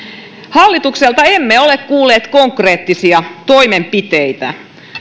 hallitukselta emme ole kuulleet konkreettisia toimenpiteitä